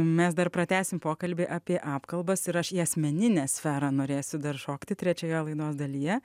mes dar pratęsim pokalbį apie apkalbas ir aš į asmeninę sferą norėsiu dar šokti trečioje laidos dalyje